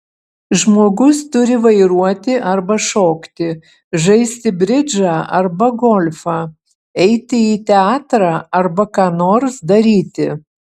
žmogus turi vairuoti arba šokti žaisti bridžą arba golfą eiti į teatrą arba ką nors daryti